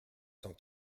cent